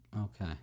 Okay